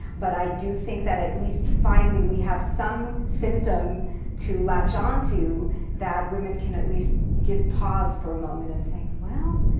but i do think that at least finally we have some symptom to latch onto that women can at least give pause for a moment and think well,